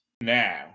Now